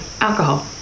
alcohol